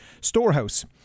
storehouse